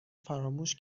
فراموش